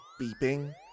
beeping